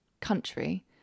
country